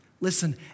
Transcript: Listen